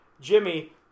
Jimmy